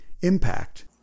impact